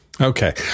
Okay